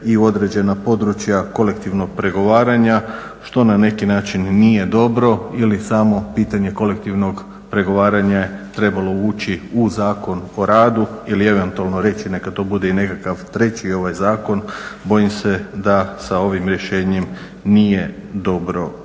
u određena područja kolektivnog pregovaranja što na neki način nije dobro ili samo pitanje kolektivnog pregovaranja je trebalo ući u Zakon o radu ili eventualno reći neka to bude i nekakav treći zakon. Bojim se da sa ovim rješenjem nije dobro